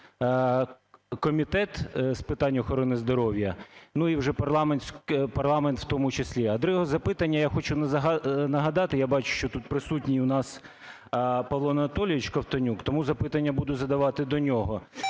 Комітет з питань охорони здоров'я, ну і вже парламент у тому числі? А друге запитання. Я хочу нагадати, я бачу, що тут присутній у нас Павло Анатолійович Ковтонюк, тому запитання буду задавати до нього.